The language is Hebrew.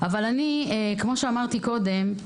אבל כמו שאמרתי קודם,